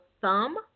thumb